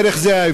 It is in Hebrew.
זה בערך ההבדל.